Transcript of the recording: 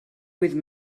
with